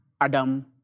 Adam